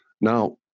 Now